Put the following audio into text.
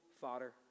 fodder